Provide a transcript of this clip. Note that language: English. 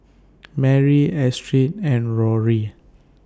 Marie Astrid and Rory